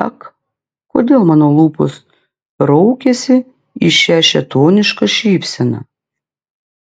ak kodėl mano lūpos raukiasi į šią šėtonišką šypseną